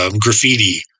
graffiti